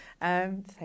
thank